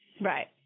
Right